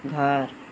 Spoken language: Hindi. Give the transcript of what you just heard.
घर